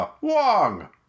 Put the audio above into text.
Wong